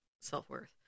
self-worth